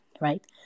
right